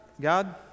God